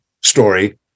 story